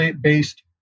based